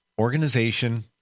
organization